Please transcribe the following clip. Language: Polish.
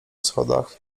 schodach